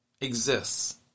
exists